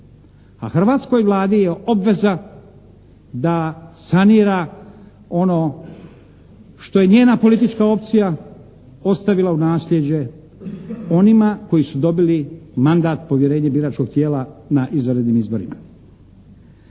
A hrvatskoj Vladi je obveza da sanira ono što je njena politička opcija ostavila u naslijeđe onima koji su dobili mandat, povjerenje biračkog tijela na izvanrednim izborima.